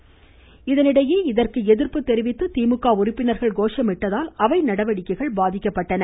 வெளிநடப்பு இதற்கு எதிர்ப்பு தெரிவித்து திமுக உறுப்பினர்கள் கோஷமிட்டதால் அவை நடவடிக்கைகள் பாதிக்கப்பட்டன